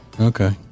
Okay